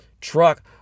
truck